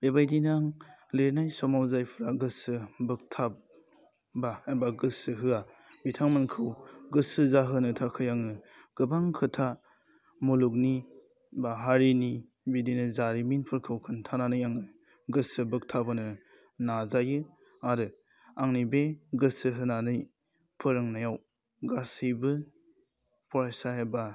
बेबायदिनो आं लिरनाय समाव जायफ्रा गोसो बोगथाब बा एबा गोसो होया बिथांमोनखौ गोसो जाहोनो थाखाय आङो गोबां खोथा मुलुगनि बा हारिनि बिदिनो जारिमिनफोरखौ खोन्थानानै आङो गोसो बोगथाबहोनो नाजायो आरो आंनि बे गोसो होनानै फोरोंनायाव गासैबो फरायसा एबा